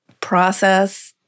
process